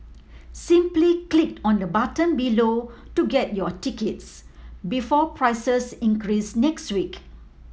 simply click on the button below to get your tickets before prices increase next week